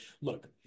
Look